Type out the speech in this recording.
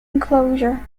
enclosure